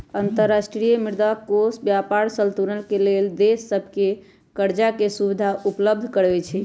अंतर्राष्ट्रीय मुद्रा कोष व्यापार संतुलन के लेल देश सभके करजाके सुभिधा उपलब्ध करबै छइ